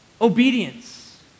obedience